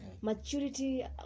maturity